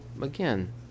again